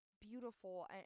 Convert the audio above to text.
beautiful